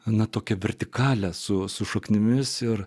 ana tokią vertikalę su šaknimis ir